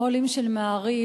המו"לים של "מעריב",